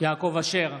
יעקב אשר,